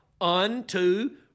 unto